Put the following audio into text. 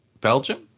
belgium